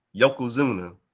Yokozuna